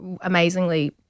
amazingly